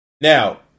Now